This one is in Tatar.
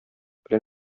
белән